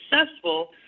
successful